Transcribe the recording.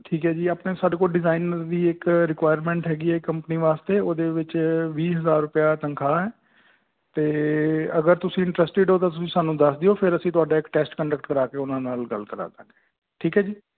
ਠੀਕ ਹੈ ਜੀ ਆਪਣੇ ਸਾਡੇ ਕੋਲ ਡਿਜ਼ਾਇਨ ਵੀ ਇੱਕ ਰਿਕੁਇਰਮੈਂਟ ਹੈਗੀ ਹੈ ਇੱਕ ਕੰਪਨੀ ਵਾਸਤੇ ਉਹਦੇ ਵਿੱਚ ਵੀਹ ਹਜ਼ਾਰ ਰੁਪਿਆ ਤਨਖਾਹ ਹੈ ਅਤੇ ਅਗਰ ਤੁਸੀਂ ਇੰਟਰਸਟਿਡ ਹੋ ਤਾਂ ਤੁਸੀਂ ਸਾਨੂੰ ਦੱਸ ਦਿਓ ਫਿਰ ਅਸੀਂ ਤੁਹਾਡਾ ਇੱਕ ਟੈਸਟ ਕੰਡਕਟ ਕਰਾ ਕੇ ਉਹਨਾਂ ਨਾਲ ਗੱਲ ਕਰਾ ਦਿਆਂਗੇ ਠੀਕ ਹੈ ਜੀ